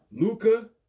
Luca